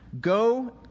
Go